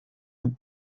with